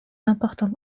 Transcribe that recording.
importante